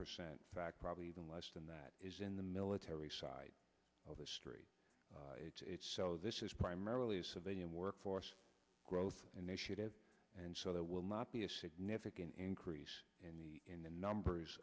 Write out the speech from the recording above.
percent fact probably even less than that is in the military side of the street so this is primarily a civilian workforce growth initiative and so there will not be a significant increase in the in the number